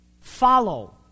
follow